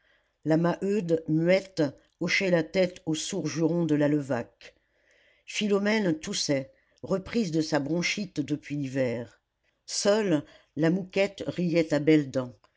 la maheude muette hochait la tête aux sourds jurons de la levaque philomène toussait reprise de sa bronchite depuis l'hiver seule la mouquette riait à belles dents